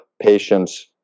patients